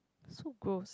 so gross